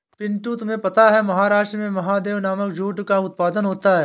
पिंटू तुम्हें पता है महाराष्ट्र में महादेव नामक जूट का उत्पादन होता है